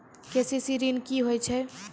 KCC ॠन की होय छै?